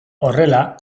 horrela